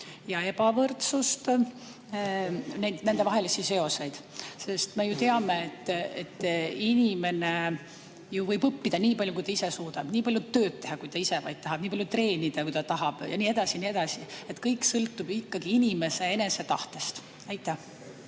ja ebavõrdsust, nendevahelisi seoseid? Sest me ju teame, et inimene võib õppida nii palju, kui ta ise suudab, nii palju tööd teha, kui ta ise vaid tahab, nii palju treenida, kui ta tahab jne, jne. Kõik sõltub ju ikkagi inimese enese tahtest. Aitäh!